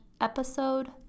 episode